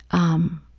um,